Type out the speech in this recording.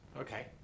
Okay